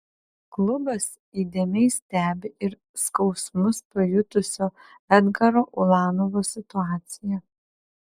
klubas įdėmiai stebi ir skausmus pajutusio edgaro ulanovo situaciją